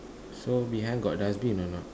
so behind got dustbin or not